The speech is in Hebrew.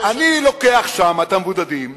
אני לוקח את המבודדים,